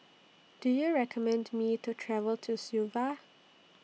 Do YOU recommend Me to travel to Suva